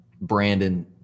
Brandon